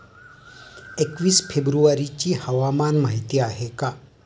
एकवीस फेब्रुवारीची हवामान माहिती आहे का?